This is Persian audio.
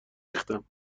ریختم